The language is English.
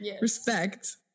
Respect